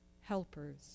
helpers